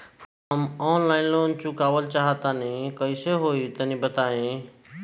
हम online loan चुकावल चाहऽ तनि कइसे होई तनि बताई?